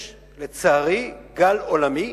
יש, לצערי, גל עולמי